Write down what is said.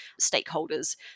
stakeholders